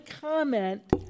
comment